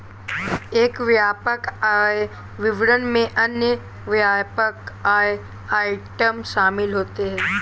एक व्यापक आय विवरण में अन्य व्यापक आय आइटम शामिल होते हैं